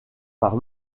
par